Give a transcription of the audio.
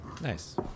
Nice